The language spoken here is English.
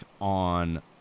on